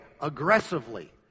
aggressively